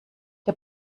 der